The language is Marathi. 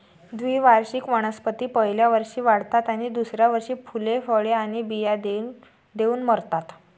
द्विवार्षिक वनस्पती पहिल्या वर्षी वाढतात आणि दुसऱ्या वर्षी फुले, फळे आणि बिया देऊन मरतात